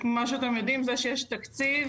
כמו שאתם יודעים זה שיש תקציב,